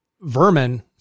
Vermin